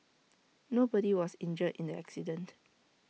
nobody was injured in the accident